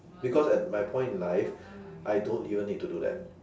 because at my point in life I don't even need to do that